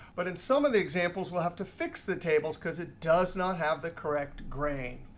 but in some of the examples, we'll have to fix the tables, because it does not have the correct grain.